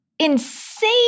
Insane